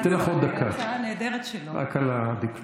אני אתן לך עוד דקה רק על הדקלום.